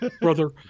brother